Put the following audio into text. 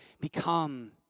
become